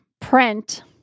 print